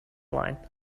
line